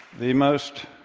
the most